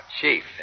Chief